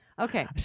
Okay